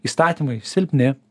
įstatymai silpni